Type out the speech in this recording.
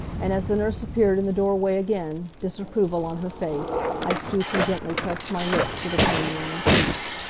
and as the nurse appeared in the doorway again, disapproval on her face, i stooped and gently pressed my lips to the pain-lined cheek.